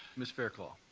ms. fairclough?